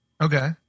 Okay